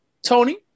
Tony